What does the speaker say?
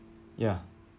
ya